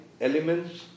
elements